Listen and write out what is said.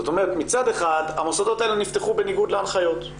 מצד אחד המוסדות האלה נפתחו בניגוד להנחיות,